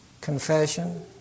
confession